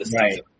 Right